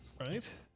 Right